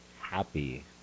happy